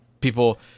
people